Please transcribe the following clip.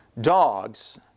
Dogs